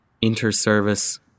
inter-service